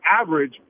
average